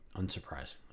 unsurprisingly